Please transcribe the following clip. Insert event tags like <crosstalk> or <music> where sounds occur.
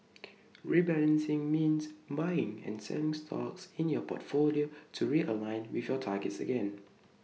<noise> rebalancing means buying and selling stocks in your portfolio to realign with your targets again